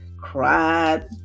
cried